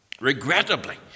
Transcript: regrettably